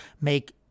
make